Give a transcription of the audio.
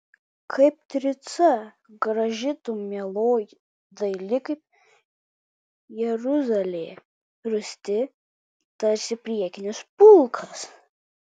kaip tirca graži tu mieloji daili kaip jeruzalė rūsti tarsi priekinis pulkas